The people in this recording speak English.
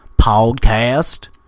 Podcast